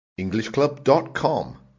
EnglishClub.com